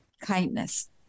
Kindness